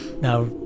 Now